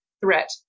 threat